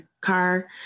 car